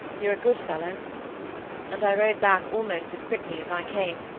you're a good fellow and i rode back almost as quickly as i came.